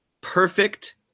perfect